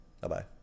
Bye-bye